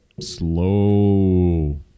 Slow